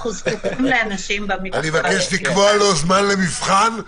אנחנו זקוקים לאנשים --- אני מבקש לקבוע לו זמן למבחן,